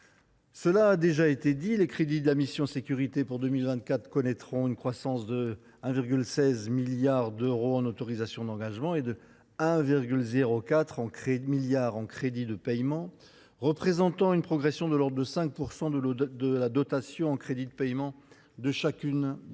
cela a déjà été dit, les crédits pour 2024 de la mission « Sécurités » connaîtront une croissance de 1,16 milliard d’euros en autorisations d’engagement et de 1,04 milliard en crédits de paiement, représentant une progression de l’ordre de 5 % de la dotation en crédits de paiement de chacune des forces.